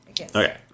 Okay